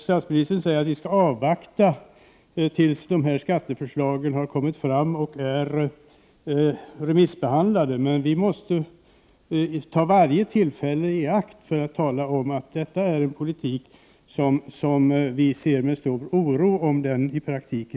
Statsministern säger att vi skall avvakta tills skatteförslagen lagts fram och blivit remissbehandlade. Men vi miljöpartister anser att vi måste ta varje tillfälle i akt att tala om att vi ser med stor oro på ett genomförande av denna politik.